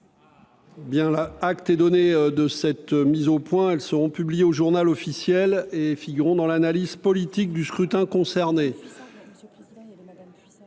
Bien là acte est donné de cette mise au point, elles seront publiés au Journal officiel et figurant dans l'analyse politique du scrutin hein